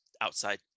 outside